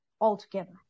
altogether